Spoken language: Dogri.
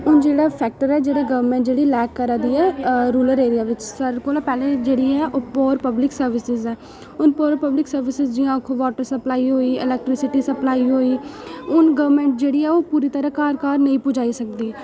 हून जेह्ड़ा फैक्टर ऐ जेह्ड़ा गवर्नमेंट जेहड़ी लैक करी दी ऐ रूरल एरिया बिच्च सारे कोला पैह्लें जेह्ड़ी ऐ ओह् पोर पब्लिक सर्विसिस ऐ हून पोर पब्लिक सर्विसिस जियां वाटर सप्लाई होई गेई एलैक्ट्रीसिटी सप्लाई होई गेई हून गवर्नमेंट जेह्ड़ी ऐ ओह् तरह् घर घर नेईं पुजाई सकदी